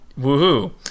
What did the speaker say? Woohoo